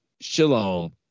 shalom